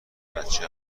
بچه